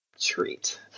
treat